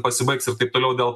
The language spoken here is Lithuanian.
pasibaigs ir taip toliau dėl